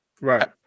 Right